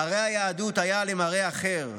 מראה היהדות היה למראה אחר,